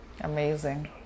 amazing